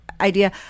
idea